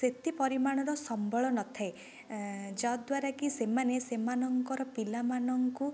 ସେତେ ପରିମାଣର ସମ୍ବଳ ନଥାଏ ଯଦ୍ଦ୍ୱାରା କି ସେମାନେ ସେମାନଙ୍କର ପିଲାମାନଙ୍କୁ